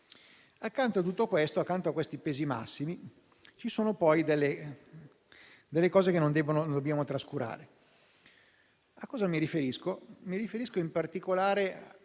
Accanto a tutto questo, accanto a questi pesi massimi, ci sono poi questioni che non dobbiamo trascurare. Mi riferisco in particolare